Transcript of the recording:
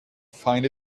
find